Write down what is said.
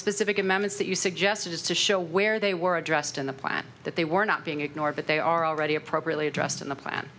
specific amendments that you suggested is to show where they were addressed in the plan that they were not being ignored but they are already appropriately addressed in the plan